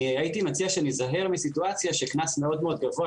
הייתי מציע שניזהר מסיטואציה שקנס מאוד מאוד גבוה,